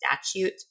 statute